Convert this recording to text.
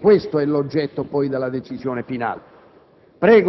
questo strumento nell'Aula.